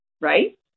right